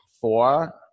four